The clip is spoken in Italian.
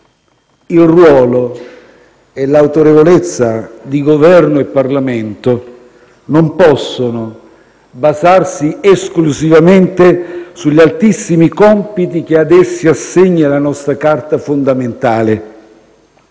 Il ruolo e l'autorevolezza di Governo e Parlamento non possono basarsi esclusivamente sugli altissimi compiti che ad essi assegna la nostra Carta fondamentale.